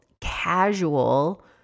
casual